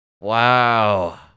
Wow